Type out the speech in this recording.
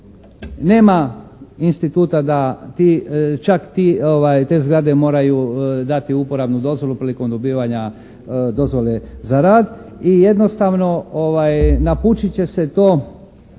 nema instituta da ti, čak ti, te zgrade moraju dati uporabnu dozvolu prilikom dobivanja dozvole za rad i jednostavno napučit će se to